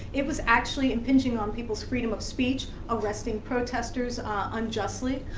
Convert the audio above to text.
it was actually impinging on people's freedom of speech, arresting protesters unjustly.